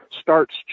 starts